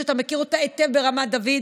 שאתה מכיר אותה היטב ברמת דוד.